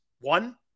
One